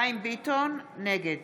ביטון, נגד